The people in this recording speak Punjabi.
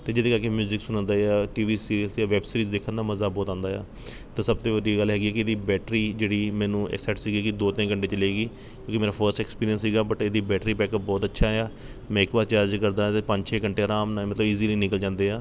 ਅਤੇ ਜਿਹਦੇ ਕਰਕੇ ਮਿਊਜ਼ਿਕ ਸੁਣਨ ਜਾਂ ਟੀ ਵੀ ਸੀਰੀਅਲਸ ਜਾਂ ਵੈੱਬ ਸੀਰੀਜ਼ ਦੇਖਣ ਦਾ ਮਜ਼ਾ ਬਹੁਤ ਆਉਂਦਾ ਆ ਤਾਂ ਸਭ ਤੋਂ ਵਧੀਆ ਗੱਲ ਹੈਗੀ ਹੈ ਕਿ ਇਹਦੀ ਬੈਟਰੀ ਜਿਹੜੀ ਮੈਨੂੰ ਅਸੈਟ ਸੀਗੀ ਕਿ ਦੋ ਤਿੰਨ ਘੰਟੇ ਚੱਲੇਗੀ ਕਿਉਂਕਿ ਮੇਰਾ ਫਰਸਟ ਐਕਸਪੀਰੀਐਂਸ ਸੀਗਾ ਬੱਟ ਇਹਦੀ ਬੈਟਰੀ ਬੈਕ ਅੱਪ ਬਹੁਤ ਅੱਛਾ ਆ ਮੈਂ ਇੱਕ ਵਾਰ ਚਾਰਜ ਕਰਦਾ ਅਤੇ ਪੰਜ ਛੇ ਘੰਟੇ ਅਰਾਮ ਨਾਲ ਮਤਲਬ ਈਜਿਲੀ ਨਿਕਲ ਜਾਂਦੇ ਆ